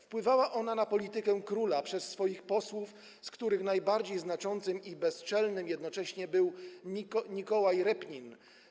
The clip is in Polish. Wpływała ona na politykę króla przez swoich posłów, z których najbardziej znaczącym i bezczelnym jednocześnie był Nikołaj Repnin.